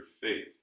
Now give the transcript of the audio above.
faith